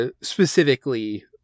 specifically